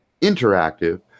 interactive